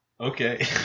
Okay